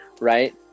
right